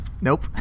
Nope